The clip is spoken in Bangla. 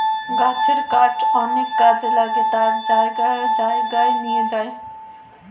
গাছের কাঠ অনেক কাজে লাগে তার জন্য জায়গায় জায়গায় নিয়ে যায়